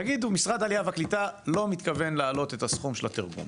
תגידו שמשרד העלייה והקליטה לא מתכוון להעלות את סכום התרגום,